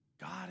God